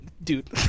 Dude